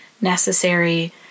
necessary